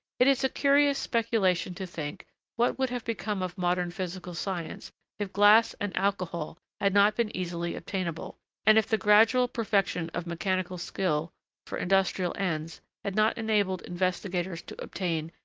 it is a curious speculation to think what would have become of modern physical science if glass and alcohol had not been easily obtainable and if the gradual perfection of mechanical skill for industrial ends had not enabled investigators to obtain,